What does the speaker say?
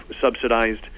subsidized